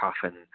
coffin